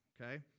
okay